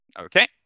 Okay